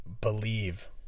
believe